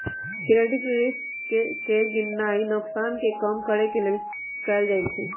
credit risk के गीणनाइ नोकसान के कम करेके लेल कएल जाइ छइ